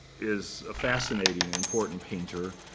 is a fascinating and important painter.